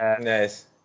Nice